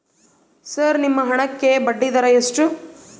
Sir ನಿಮ್ಮ ಹಣಕ್ಕೆ ಬಡ್ಡಿದರ ಎಷ್ಟು?